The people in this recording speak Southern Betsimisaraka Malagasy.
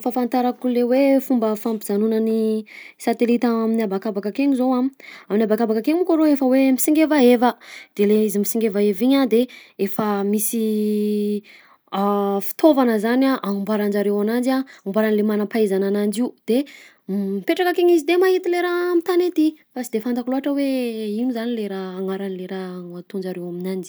Fahafantarako le hoe fomba fampijanonan'ny satelita amin'ny habakabaka akegny zao a: amin'ny habakabaka akegny monko rô efa hoe misingevaeva, de lay izy misingevaeva igny a de efa misy fitaovana zany a agnamboaran'jareo ananjy a, amboaran'le manam-pahaizana anany io de mipetraka akegny izy de mahita le raha am'tany aty, fa sy de fantako loatra hoe ino zany le raha agnaran'le raha noataon'jareo aminanjy.